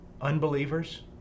unbelievers